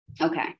okay